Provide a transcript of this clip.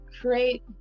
create